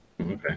Okay